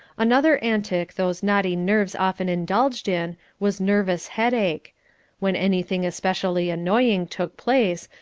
another antic those naughty nerves often indulged in, was nervous headache when anything specially annoying took place,